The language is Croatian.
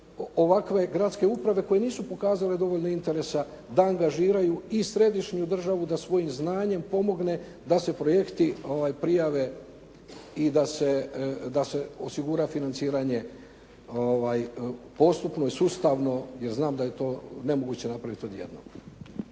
ovakve gradske uprave koje nisu pokazale dovoljno interesa da angažiraju i središnju državu da svojim znanjem pomogne da se projekti prijave i da se osigura financiranje postupno, sustavno, jer znam da je to nemoguće napraviti odjednom.